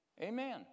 Amen